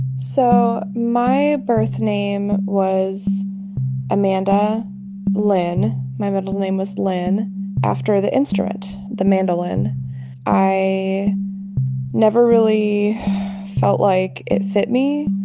so my birth name was amanda lynn my middle name was lynn after the instrument, the mandolin. and i never really felt like it fit me.